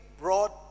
broad